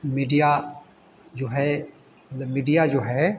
media जो है मतलब मिडिया जो है